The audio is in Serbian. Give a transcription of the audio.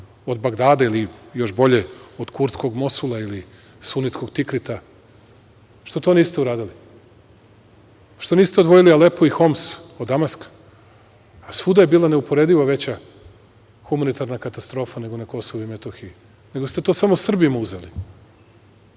od Bagdada ili još bolje od kurtskog Mosula ili sunetskog Tikrita? Što to niste uradili? Što niste odvojili Alepu i Homs od Damaska? Svuda je bila neuporedivo veća humanitarna katastrofa nego na Kosovu i Metohiju, nego ste to samo Srbima uzeli.E,